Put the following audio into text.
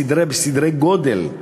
בסדרי גודל.